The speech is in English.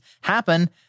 happen